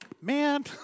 Man